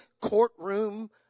courtroom